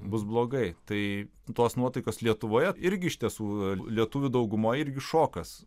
bus blogai tai tos nuotaikos lietuvoje irgi iš tiesų lietuvių daugumoj irgi šokas